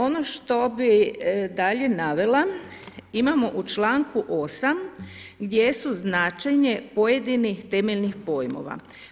Ono što bih dalje navela imamo u članku 8. gdje su značenje pojedinih temeljnih pojmova.